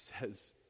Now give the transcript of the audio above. says